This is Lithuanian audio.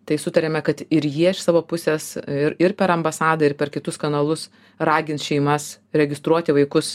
tai sutarėme kad ir jie iš savo pusės ir ir per ambasadą ir per kitus kanalus ragins šeimas registruoti vaikus